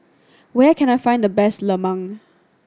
where can I find the best lemang